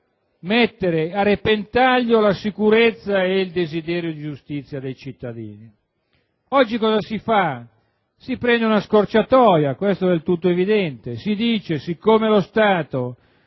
mettere a repentaglio la sicurezza e il desiderio di giustizia dei cittadini. Oggi cosa si fa? Si prende una scorciatoia - questo è del tutto evidente - e si dice che siccome lo Stato